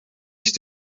ist